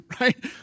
right